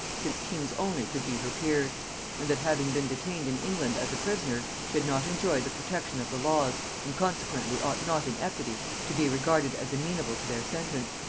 since kings only could be her peers and that having been detained in england as a prisoner, she had not enjoyed the protection of the laws, and consequently ought not in equity to be regarded as amenable to their sentence.